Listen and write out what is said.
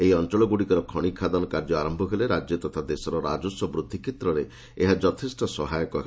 ଏହି ଅଞ୍ଚଳଗୁଡିକର ଖଣି ଖାଦାନ କାର୍ଯ୍ୟ ଆରମ୍ଭ ହେଲେ ରାଜ୍ୟ ତଥା ଦେଶର ରାଜସ୍ୱ ବୃଦ୍ଧି କ୍ଷେତ୍ରରେ ଏହା ଯଥେଷ୍ଟ ସହାୟକ ହେବ